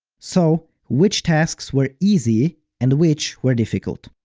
so, which tasks were easy and which were difficult?